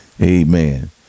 Amen